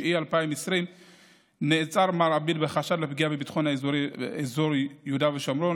בספטמבר 2020 נעצר מר עביד בחשד לפגיעה בביטחון באזור יהודה ושומרון,